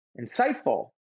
insightful